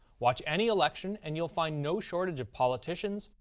watch any election and you'll find no shortage of politicians,